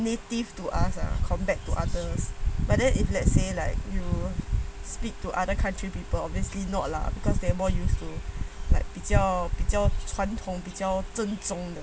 native to us ah compared to others but then if let's say like you speak to other countries people obviously not lah because they are more used to like 比较比较传统比较正宗